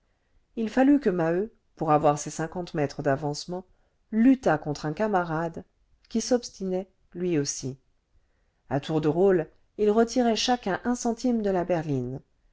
il fallut que maheu pour avoir ses cinquante mètres d'avancement luttât contre un camarade qui s'obstinait lui aussi à tour de rôle ils retiraient chacun un centime de la berline